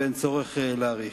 ואין צורך להאריך.